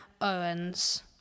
owens